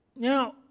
Now